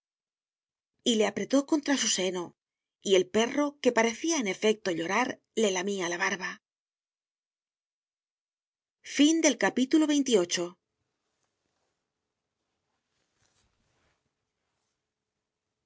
le apretó contra su seno y el perro que parecía en efecto llorar le lamía la barba